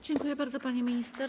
Dziękuję bardzo, pani minister.